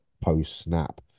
post-snap